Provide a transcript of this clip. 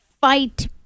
fight